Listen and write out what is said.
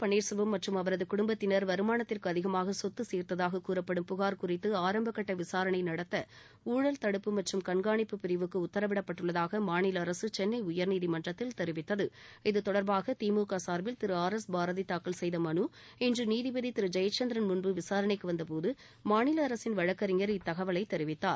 பன்னீர்செல்வம் மற்றும் அவரதுகுடு்பத்தினர் துணைமுதலமைச்சர் திரு ஒ வருமானத்திற்கு அதிகமாகசொத்துசேர்ததாககூறப்படும் புகர் குறித்து ஆரம்பகட்ட விசாரணைநடத்தஊழல் தடுப்பு மற்றும் கண்காணிப்பு பிரிவுக்குஉத்தரவிடப்பட்டுள்ளதாகமாநிலஅரசுசென்னைஉயர்நீதிமன்றத்தில் தெரிவித்தது இதுதொடர்பாகதிமுகசார்பில் திரு ஆர் எஸ் பாரதிதாக்கல் செய்தமனு இன்றுநீதிபதிதிருஜெயச்சந்திரன் முன்பு விசாரணைக்குவந்தபோது மாநிலஅரசின் வழக்கறிஞர் இத்தகவலைதெரிவித்தார்